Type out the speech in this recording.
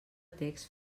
text